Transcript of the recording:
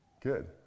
Good